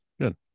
Good